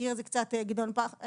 הזכיר את זה קצת גדעון בכר,